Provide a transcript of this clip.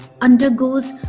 undergoes